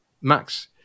Max